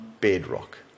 bedrock